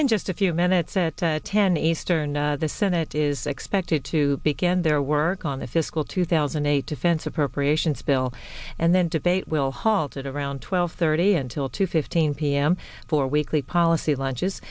in just a few minutes at that ten eastern the senate is expected to begin their work on the fiscal two thousand and eight defense appropriations bill and then debate will halt it around twelve thirty until two fifteen p m for weekly policy lunches